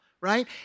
right